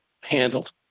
handled